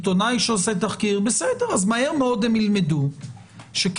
עיתונאי שעושה תחקיר אז מהר מאוד הם ילמדו שכדאי